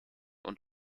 und